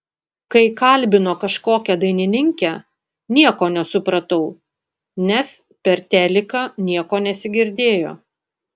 kai kalbino kažkokią dainininkę nieko nesupratau nes per teliką nieko nesigirdėjo